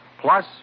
plus